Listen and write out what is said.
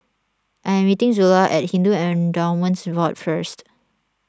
I am meeting Zula at Hindu Endowments Board first